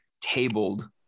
tabled